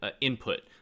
input